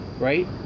right